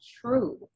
true